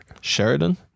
Sheridan